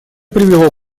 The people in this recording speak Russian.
привело